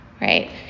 right